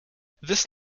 this